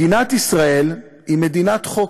מדינת ישראל היא מדינת חוק.